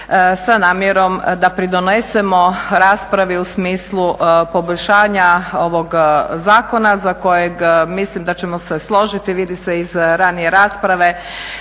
sa namjerom da pridonesemo raspravi u smislu poboljšanja ovog zakona za kojeg mislim da ćemo se složiti vidi se iz ranije rasprave